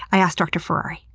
i asked dr. ferrari.